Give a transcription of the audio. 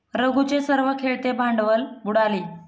रघूचे सर्व खेळते भांडवल बुडाले